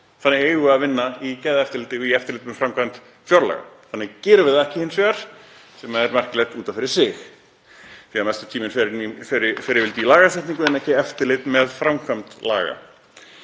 Þannig eigum við að vinna í gæðaeftirliti og í eftirliti með framkvæmd fjárlaga. Þannig gerum við það hins vegar ekki, sem er merkilegt út af fyrir sig. Mestur tíminn fer yfirleitt í lagasetningu en ekki í eftirlit með framkvæmd laga.